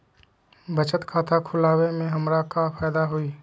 बचत खाता खुला वे में हमरा का फायदा हुई?